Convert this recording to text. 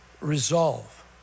resolve